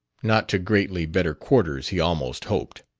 not to greatly better quarters, he almost hoped.